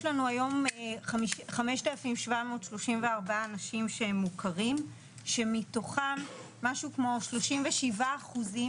לנו היום 5,734 אנשים שהם מוכרים שמתוכם משהו כמו 37 אחוזים